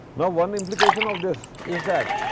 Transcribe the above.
now, one implication of this is that